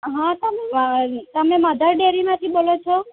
હં તમે તમે મધરડેરીમાંથી બોલો છો